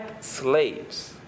slaves